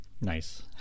nice